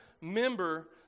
Member